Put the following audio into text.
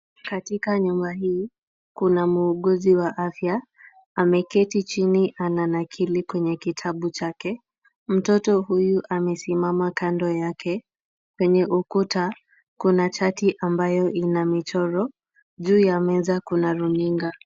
Katika nyumba hii kuna muuguzi wa afya ameketi chini ananakili kwenye kitabu chake. Mtoto huyu amesimama kando yake. Kwenye ukuta kuna chati ambayo ina michoro, juu ya meza kuna runinga.